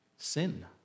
Sin